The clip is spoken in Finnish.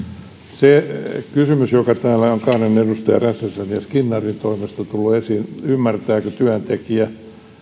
se kysymys joka täällä on kahden edustajan räsäsen ja skinnarin toimesta tullut esiin ymmärtääkö työntekijä